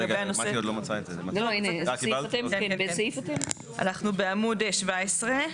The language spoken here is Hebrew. אנחנו בעמוד 17,